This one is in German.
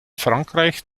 frankreich